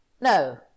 No